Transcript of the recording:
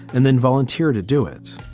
and then volunteer to do it